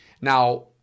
Now